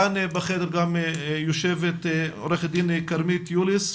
כאן בחדר גם יושבת עו"ד כרמית יוליס,